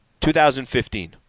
2015